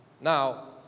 Now